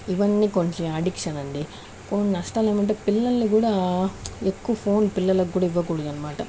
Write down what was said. ఇవన్నీ కొంచెం అడిక్షన్ అండి కొన్ని నష్టాలు ఏంటంటే పిల్లలని కూడా ఎక్కువ ఫోన్ పిల్లలకి కూడా ఇవ్వకూడదన్నమాట